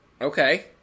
Okay